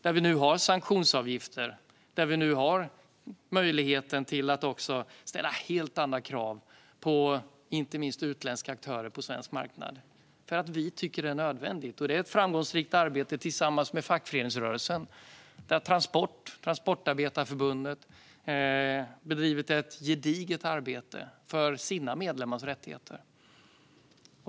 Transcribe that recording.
Det finns nu sanktionsavgifter och möjlighet att ställa helt andra krav på inte minst utländska aktörer på svensk marknad. Vi tycker att det är nödvändigt. Detta är ett framgångsrikt arbete tillsammans med fackföreningsrörelsen. Transportarbetareförbundet har bedrivit ett gediget arbete för sina medlemmars rättigheter.